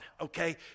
okay